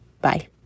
Bye